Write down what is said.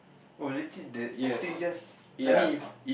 oh legit the the thing just suddenly